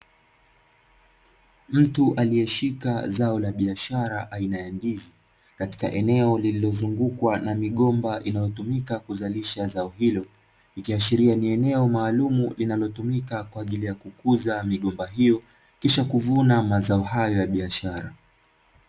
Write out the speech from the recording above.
Mtu aliyeshika zao la biashara aina ya ndizi katika eneo lililozungukwa na migomba inayotumika kuzalisha zao hilo, ikiashiria ni eneo maalumu linalotumika kukuza migomba hiyo kisha kuvuna kwa ajili ya biashara.